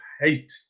hate